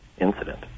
incident